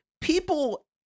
people